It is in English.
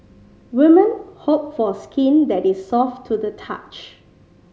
women hope for skin that is soft to the touch